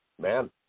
Man